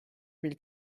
mille